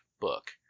book